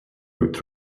through